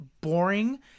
boring